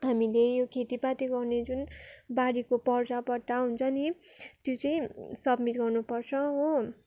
हामीले यो खेतीपाती गर्ने जुन बारीको पर्जापट्टा हुन्छ नि त्यो चाहिँ सबमिट गर्नुपर्छ हो